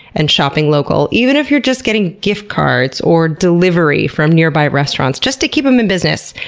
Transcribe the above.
and shopping local. even if you're just getting gift cards or delivery from nearby restaurants, just to keep them in business.